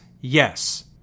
yes